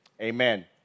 Amen